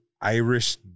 Irish